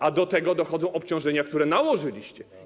A do tego dochodzą obciążenia, które nałożyliście.